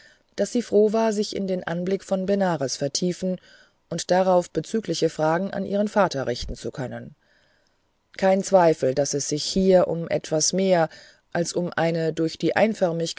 daß sie froh war sich in den anblick von benares vertiefen und darauf bezügliche fragen an ihren vater richten zu können kein zweifel daß es sich hier um etwas mehr als um eine durch die